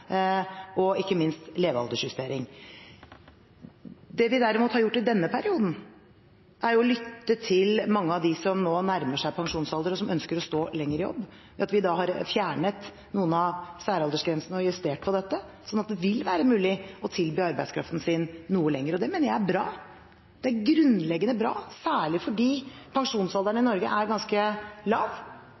ikke minst levealdersjustering. Det vi derimot har gjort i denne perioden, er å lytte til mange av dem som nå nærmer seg pensjonsalder, og som ønsker å stå lenger i jobb, ved at vi da har fjernet noen av særaldersgrensene og justert på dette, slik at det vil være mulig å tilby arbeidskraften sin noe lenger. Det mener jeg er bra. Det er grunnleggende bra, særlig fordi pensjonsalderen i Norge er ganske lav,